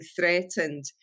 threatened